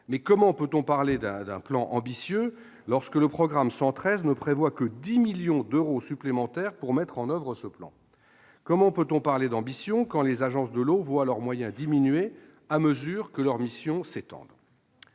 Mais comment peut-on parler d'un plan ambitieux alors que le programme 113 ne prévoit que 10 millions d'euros supplémentaires pour mettre en oeuvre ce plan ? Comment peut-on parler d'ambition quand les agences de l'eau voient leurs moyens diminuer à mesure que leurs missions s'étendent ?